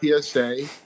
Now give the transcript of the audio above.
PSA